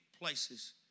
places